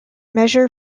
measure